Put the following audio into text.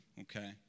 okay